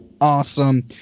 awesome